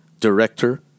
Director